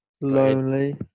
lonely